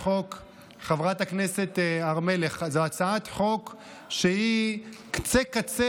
חברת הכנסת הר מלך, זאת הצעת חוק שהיא קצה-קצהו,